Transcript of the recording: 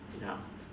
ya